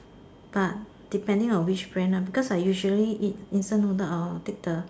but depending on which brand uh because I usually eat instant noodle or take the